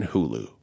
Hulu